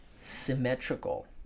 symmetrical